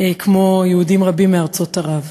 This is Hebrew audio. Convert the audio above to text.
כמו יהודים רבים מארצות ערב.